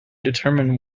determine